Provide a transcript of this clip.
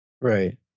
Right